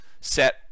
set